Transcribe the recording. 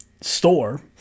store